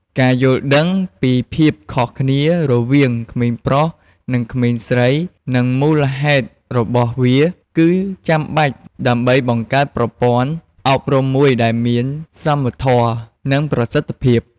ការយល់ដឹងពីភាពខុសគ្នា រវាងក្មេងប្រុសនិងក្មេងស្រីនិងមូលហេតុរបស់វា គឺចាំបាច់ដើម្បីបង្កើតប្រព័ន្ធអប់រំមួយដែលមានសមធម៌ និងប្រសិទ្ធភាព។